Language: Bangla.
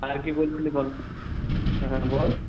আর কি বলছিলি বল হ্যাঁ বল